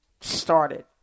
started